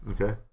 Okay